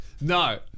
No